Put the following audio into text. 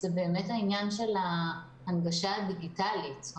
ישנו עניין של הנגשה דיגיטלית.